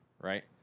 right